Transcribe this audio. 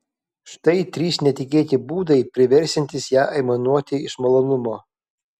štai trys netikėti būdai priversiantys ją aimanuoti iš malonumo